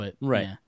Right